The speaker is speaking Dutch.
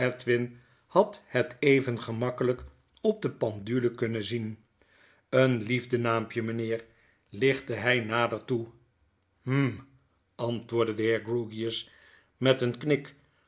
had het even gemakkelyk op de pendule kunnen zien een liefdenaampje mynheer lichtte hy nader toe hm antwoordde de heer grewgious met een knik